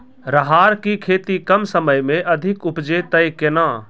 राहर की खेती कम समय मे अधिक उपजे तय केना?